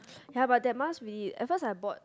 ya but that must be at first I bought